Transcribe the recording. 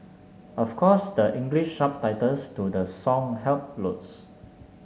of course the English subtitles to the song helped loads